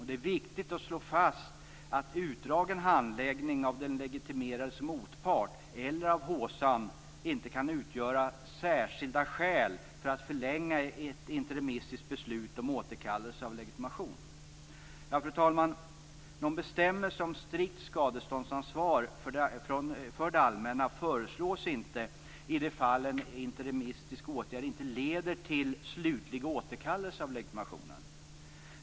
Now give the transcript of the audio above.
Det är viktigt att slå fast att en utdragen handläggning av den legitimerades motpart eller av HSAN inte kan utgöra "särskilda skäl" för att förlänga ett interimistiskt beslut om återkallelse av legitimation. Fru talman! Någon bestämmelse om strikt skadeståndsansvar för det allmänna föreslås inte i de fall en interimistisk åtgärd inte leder till slutlig återkallelse av legitimation.